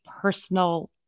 personal